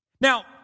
Now